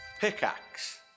Pickaxe